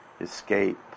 escape